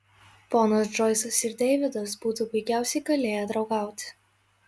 ponas džoisas ir deividas būtų puikiausiai galėję draugauti